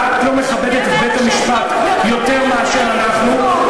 את לא מכבדת את בתי-המשפט יותר מאשר אנחנו.